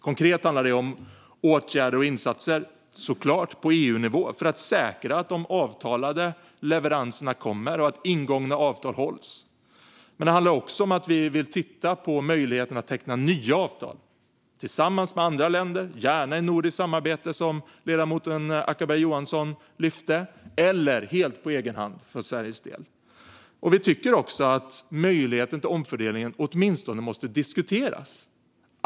Konkret handlar det om åtgärder och insatser på EU-nivå för att säkra att avtalade leveranser kommer och ingångna avtal hålls, men det handlar också om att titta på möjligheten att teckna nya avtal tillsammans med andra länder - gärna i nordiskt samarbete, som ledamoten Acko Ankarberg Johansson lyfte fram - eller helt på egen hand för Sveriges del. Vi tycker att möjligheten till omfördelning åtminstone måste diskuteras.